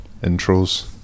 Intros